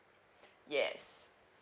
yes